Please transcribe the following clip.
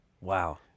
Wow